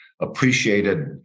appreciated